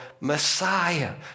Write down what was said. Messiah